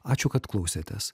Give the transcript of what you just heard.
ačiū kad klausėtės